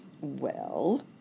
Well